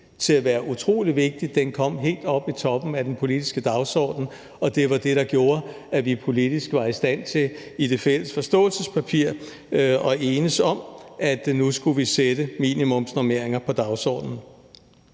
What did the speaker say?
til at være utrolig vigtig. Den kom helt op i toppen af den politiske dagsorden, og det var det, der gjorde, at vi politisk var i stand til i det fælles forståelsespapir at enes om, at vi nu skulle sætte minimumsnormeringer på dagsordenen.